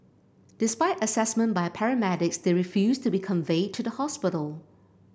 despite assessment by paramedics they refused to be conveyed to the hospital